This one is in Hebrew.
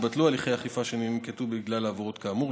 יתבטלו הליכי האכיפה שננקטו בגלל העבירות כאמור.